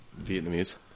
Vietnamese